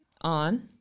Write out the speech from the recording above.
on